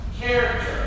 character